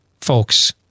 folks